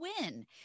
win